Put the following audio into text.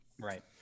Right